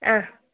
ആ